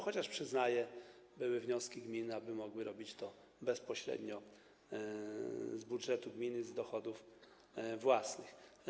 Chociaż przyznaję, były wnioski gmin, aby mogły robić to bezpośrednio z budżetu gminy, z dochodów własnych.